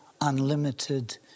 unlimited